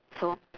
so